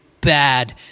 bad